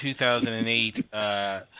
2008